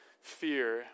fear